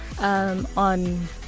On